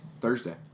Thursday